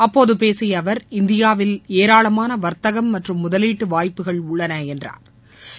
அப்போது பேசிய அவர் இந்தியாவில் ஏராளமான வர்த்தகம் மற்றும் முதலீட்டு வாய்ப்புகள் உள்ளன என்றா்